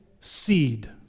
seed